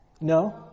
No